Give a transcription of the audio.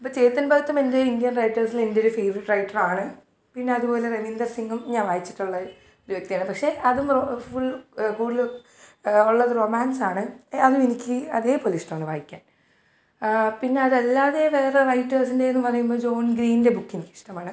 അപ്പം ചേതൻ ഭഗത്തും എന്റെ ഇന്ത്യൻ റൈറ്റേഴ്സിലെൻറ്റൊരു ഫേവറെറ്റ് റൈറ്ററാണ് പിന്നതുപോലെ തന്നെ ഇൻ ദ സിങ്ങും ഞാൻ വായിച്ചിട്ടുള്ള ഒരു വ്യക്തിയാണ് പക്ഷേ അത് ഫുൾ കൂടുതലും ഉള്ളത് റൊമാൻസാണ് അതുവെനിക്ക് അതേപോലെ ഇഷ്ടവാണ് വായിക്കാൻ പിന്നെ അതല്ലാതെ വേറെ റൈറ്റേഴ്സിൻറ്റേന്ന് പറയുമ്പം ജോൺ ഗ്രീൻന്റെ ബുക്കെനിക്കിഷ്ടമാണ്